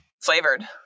flavored